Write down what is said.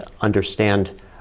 understand